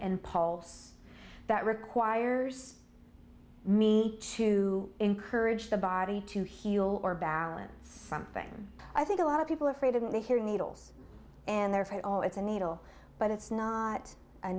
and pulse that requires me to encourage the body to heal or balance something i think a lot of people are afraid of and they hear needles and they're all it's a needle but it's not a